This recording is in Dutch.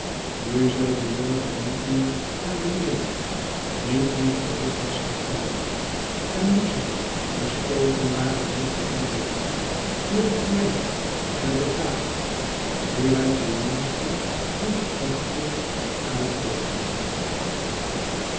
nu zij dien morgen niet meer naar beneden niet meer terug was gegaan en nu zij besloten waren hier te blijven hier te blijven met elkaar nu hij ten minste die gedachte geuit had